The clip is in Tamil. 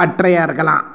பட்றையாக இருக்கலாம்